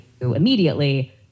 immediately